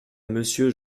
monsieur